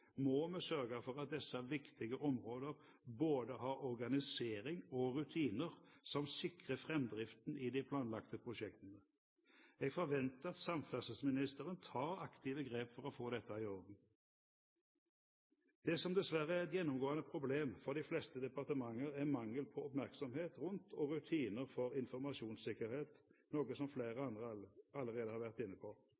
må vi sørge for at disse viktige områder både har organisering og rutiner som sikrer framdriften i de planlagte prosjektene. En forventer at samferdselsministeren tar aktive grep for å få dette i orden. Det som dessverre er et gjennomgående problem for de fleste departementer, er mangel på oppmerksomhet rundt og rutiner for informasjonssikkerhet, noe som flere